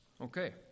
Okay